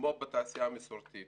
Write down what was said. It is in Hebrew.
מו"פ בתעשייה המסורתית